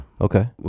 okay